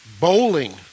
Bowling